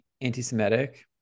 anti-Semitic